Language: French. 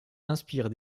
inspire